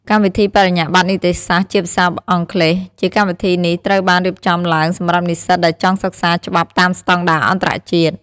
កម្មវិធីបរិញ្ញាបត្រនីតិសាស្ត្រជាភាសាអង់គ្លេស ជាកម្មវិធីនេះត្រូវបានរៀបចំឡើងសម្រាប់និស្សិតដែលចង់សិក្សាច្បាប់តាមស្តង់ដារអន្តរជាតិ។